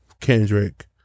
Kendrick